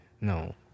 No